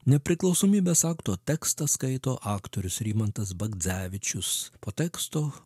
nepriklausomybės akto tekstą skaito aktorius rimantas bagdzevičius po teksto